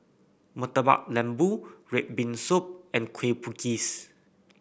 Murtabak Lembu red bean soup and Kueh Bugis